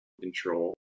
control